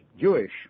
Jewish